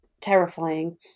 terrifying